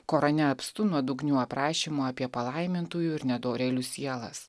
korane apstu nuodugnių aprašymų apie palaimintųjų ir nedorėlių sielas